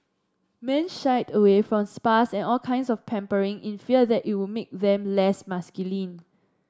men shied away from spas and all kinds of pampering in fear that it would make them less masculine